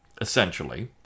essentially